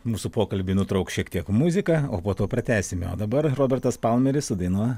mūsų pokalbį nutrauks šiek tiek muzika o po to pratęsime o dabar robertas palmeris su daina